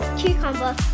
cucumber